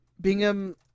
Bingham